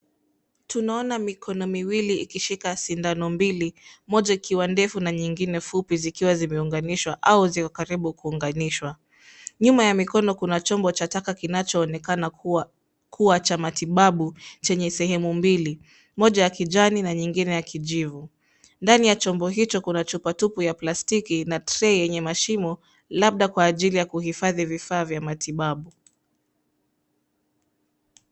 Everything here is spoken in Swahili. Tunaona mikono miwili ikishika sindano mbili; moja ikiwa ndefu na nyingine fupi zikiwa zimeunganishwa au ziko karibu kuunganishwa. Nyuma ya mikono kuna chombo cha taka kinachoonekana kuwa cha matibabu chenye sehemu mbili; mmoja ya kijani na nyingine ya kijivu. Ndani ya chombo hicho kuna chupa tupu ya plastiki na trei yenye mashimo labda kwa ajili ya kuhifadhi vifaa vya matibabu.